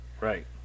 Right